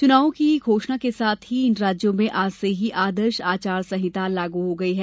चुनावों की घोषणा के साथ ही इन राज्यों में आज से ही आदर्श आचार संहिता लागू हो गई है